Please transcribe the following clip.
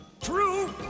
True